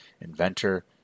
inventor